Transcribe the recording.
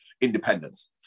independence